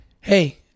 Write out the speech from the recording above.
Hey